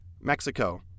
Mexico